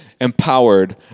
empowered